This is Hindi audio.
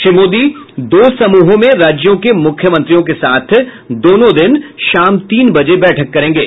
श्री मोदी दो समूहों में राज्यों के मुख्यमंत्रियों के साथ दोनों दिन शाम तीन बजे बैठक करेंगे